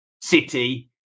city